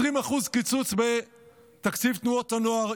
20% קיצוץ בתקציב תנועות הנוער,